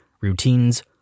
routines